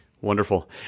Wonderful